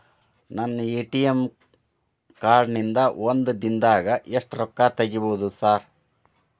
ನನ್ನ ATM card ನಿಂದಾ ಒಂದ್ ದಿಂದಾಗ ಎಷ್ಟ ರೊಕ್ಕಾ ತೆಗಿಬೋದು ಸಾರ್?